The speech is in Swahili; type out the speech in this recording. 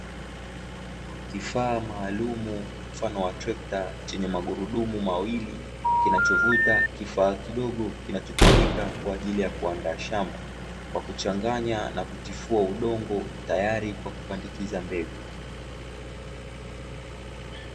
Kifaa maalumu mfano wa trekta chenye magurudumu mawili, kinachovuta kifaa kidogo kinachotumika kwa ajili ya kuandaa shamba, kwa kuchanganya na kutifua udongo tayari kwa kupandikiza mbegu.